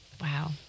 Wow